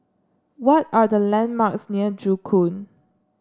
what are the landmarks near Joo Koon